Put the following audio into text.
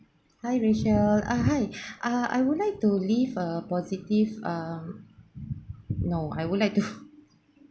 hi rachel ah hi ah I would like to leave a positive um no I would like to